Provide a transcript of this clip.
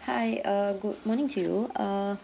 hi uh good morning to you uh